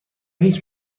هیچ